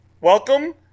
Welcome